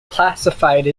classified